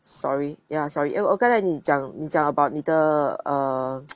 sorry ya sorry oh oh 刚才你讲你讲 about 你的 err